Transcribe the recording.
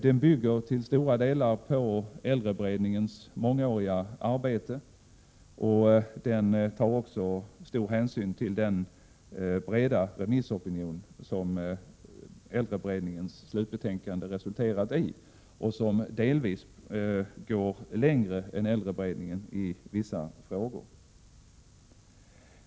Den bygger till stora delar på äldreberedningens mångåriga arbete, och den tar också stor hänsyn till den breda remissopinion som äldreberedningens slutbetänkande resulterat i och som delvis går längre än äldreberedningen i vissa frågor.